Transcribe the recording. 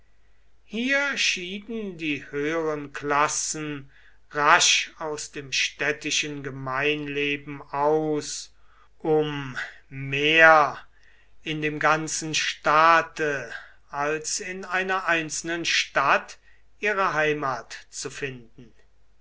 hier scheiden die höheren klassen rasch aus dem städtischen gemeinleben aus um mehr in dem ganzen staate als in einer einzelnen stadt ihre heimat zu finden